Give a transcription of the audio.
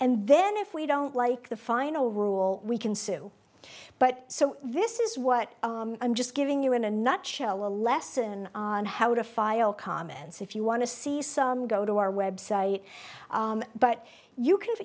and then if we don't like the final rule we can sue but so this is what i'm just giving you in a nutshell a lesson on how to file comments if you want to see some go to our web site but you can